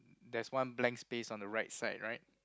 there's one blank space on the right side right